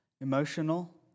emotional